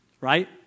Right